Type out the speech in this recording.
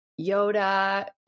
Yoda